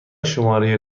شماره